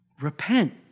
Repent